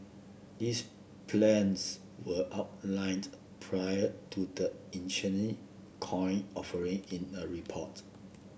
these plans were outlined prior to the coin offering in a report